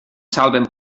salven